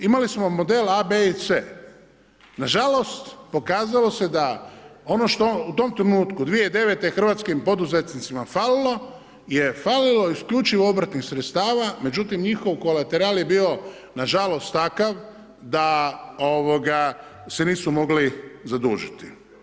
Imali smo model A, B i C. Nažalost pokazalo se da ono što u tom trenutku, 2009. hrvatski poduzetnicima falilo je falilo isključivo obrtnih sredstava, međutim njihov kolateral je bio nažalost takav da se nisu mogli zadužiti.